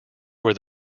where